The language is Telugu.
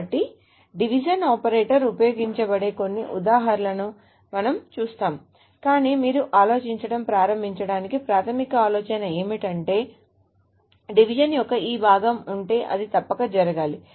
కాబట్టి డివిజన్ ఆపరేటర్ ఉపయోగించబడే కొన్ని ఉదాహరణలను మనము చూస్తాము కానీ మీరు ఆలోచించటం ప్రారంభించడానికి ప్రాథమిక ఆలోచన ఏమిటంటే డివిజన్ యొక్క ఈ భాగం ఉంటే అది తప్పక జరగాలి